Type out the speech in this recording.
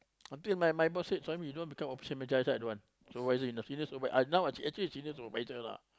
until my my my boss said Suhaimi you don't become official manager I say I don't want supervisor enough senior supervisor now I actually actually the senior supervisor lah